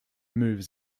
moves